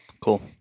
Cool